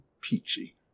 peachy